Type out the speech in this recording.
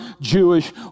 Jewish